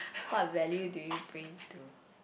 what value do you bring to